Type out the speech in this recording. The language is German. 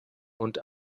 und